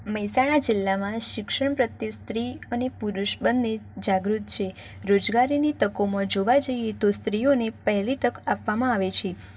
મહેસાણા જિલ્લામાં શિક્ષણ પ્રત્યે સ્ત્રી અને પુરુષ બંને જાગૃત છે રોજગારીની તકોમાં જોવા જઈએ તો સ્ત્રીઓને પહેલી તક આપવામાં આવે છે